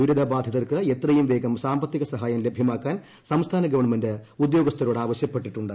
ദുരിതബാധിതർക്ക് എത്രയുംവേഗം സാമ്പത്തിക സഹായം ലഭ്യമാക്കാൻ സംസ്ഥാന ഗവൺമെന്റ് ഉദ്യോഗസ്ഥരോടാവശൃപ്പെട്ടിട്ടുണ്ട്